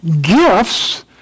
gifts